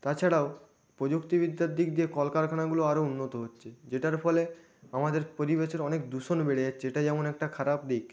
তাছাড়াও প্রযুক্তিবিদ্যার দিক দিয়ে কলকারখানাগুলো আরও উন্নত হচ্ছে যেটার ফলে আমাদের পরিবেশের অনেক দূষণ বেড়ে যাচ্ছে এটা যেমন একটা খারাপ দিক